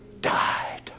died